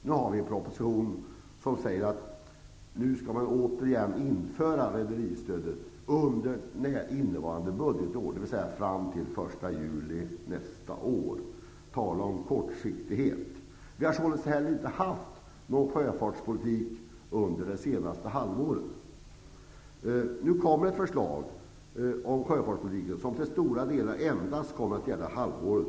Nu behandlar vi en proposition där det sägs att man åter skall införa rederistödet för innevarande budgetår, dvs. fram till den 1 juli nästa år. Tala om kortsiktighet! Vi har således inte haft någon sjöfartspolitik under det senaste halvåret. Det kommer ett förslag om sjöfartspolitiken som till stora delar endast kommer att gälla ett halvår.